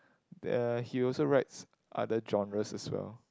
there he also writes other genres as well